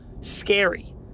Scary